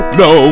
no